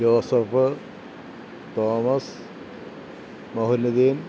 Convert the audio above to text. Joseph Thomas Mauluddeen